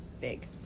big